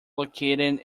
located